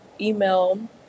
Email